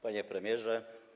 Panie Premierze!